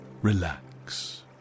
Relax